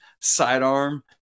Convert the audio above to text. sidearm